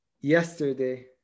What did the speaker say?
yesterday